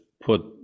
put